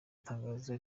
tangazo